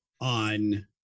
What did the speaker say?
on